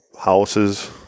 houses